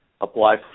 apply